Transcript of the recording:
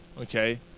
Okay